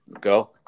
go